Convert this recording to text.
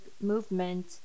movement